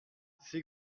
ces